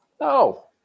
No